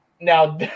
Now